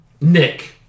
Nick